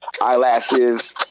Eyelashes